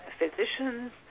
physicians